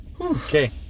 Okay